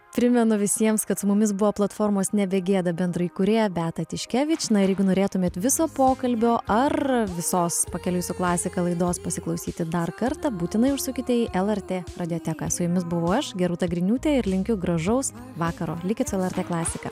primenu visiems kad su mumis buvo platformos nebegieda bendrai kūrėja beata tiškevič na ir jeigu norėtumėte viso pokalbio ar visos pakeliui su klasika laidos pasiklausyti dar kartą būtinai užsukite į lrt mediateka su jumis buvau aš gi rūta griniūtė ir linkiu gražaus vakaro likit su lrt klasika